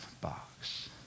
box